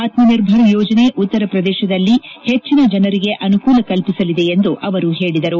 ಆತ್ಮ ನಿರ್ಭರ್ ಯೋಜನೆ ಉತ್ತರ ಪ್ರದೇಶದಲ್ಲಿ ಹೆಚ್ಚಿನ ಜನರಿಗೆ ಅನುಕೂಲ ಕಲ್ಪಿಸಲಿದೆ ಎಂದು ಅವರು ಹೇಳದರು